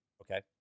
Okay